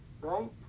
right